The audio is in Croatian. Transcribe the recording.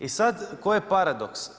I sad koji je paradoks?